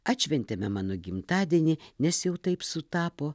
atšventėme mano gimtadienį nes jau taip sutapo